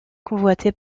convoité